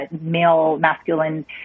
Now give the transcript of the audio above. male-masculine